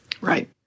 Right